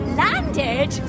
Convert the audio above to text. landed